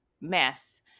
mess